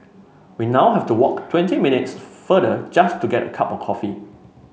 we now have to walk twenty minutes farther just to get a cup of coffee